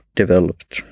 developed